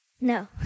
No